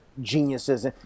geniuses